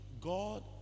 God